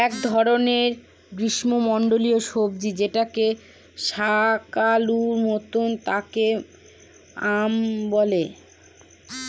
এক ধরনের গ্রীস্মমন্ডলীয় সবজি যেটা শাকালুর মত তাকে য়াম বলে